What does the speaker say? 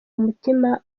umutima